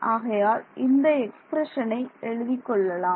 ஆகையால் இந்த எக்ஸ்பிரஷனை எழுதிக் கொள்ளலாம்